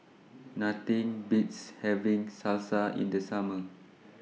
Nothing Beats having Salsa in The Summer